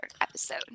episode